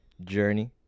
journey